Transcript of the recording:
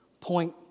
Point